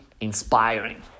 inspiring